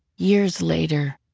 years later,